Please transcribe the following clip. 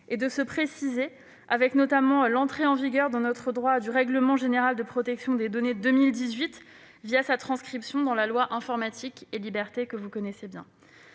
et de se préciser, avec notamment l'entrée en vigueur dans notre droit du règlement général sur la protection des données de 2018, sa transcription dans la loi Informatique et libertés que vous connaissez bien.